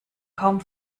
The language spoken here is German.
kaum